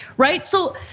right? so,